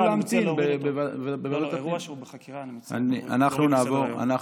אם זה בחקירה, אני מציע להוריד מסדר-היום.